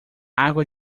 água